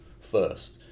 first